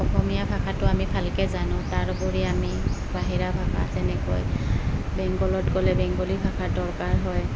অসমীয়া ভাষাটো আমি ভালকৈ জানো তাৰোপৰি আমি বাহিৰা ভাষা তেনেকৈ বেংগলত গ'লে বেংগলী ভাষাৰ দৰকাৰ হয়